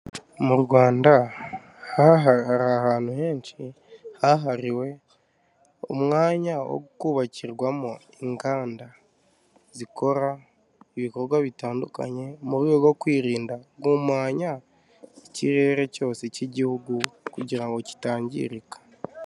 Mu Rwanda hari ahantu henshi hahariwe umwanya wo kubakirwamo inganda, zikora ibikorwa bitandukanye mu rwego rwo kwirinda guhumanya ikirere cyose cy'igihugu kugira ngo kitangirika.